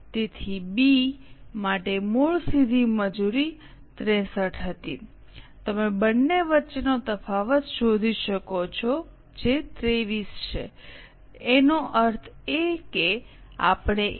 તેથી બી માટે મૂળ સીધી મજૂરી 63 હતી તમે બંને વચ્ચેનો તફાવત શોધી શકો છો જે 23 છે એનો અર્થ એ કે આપણે એ